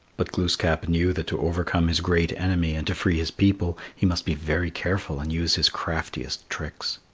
but glooskap knew that to overcome his great enemy and to free his people, he must be very careful and use his craftiest tricks.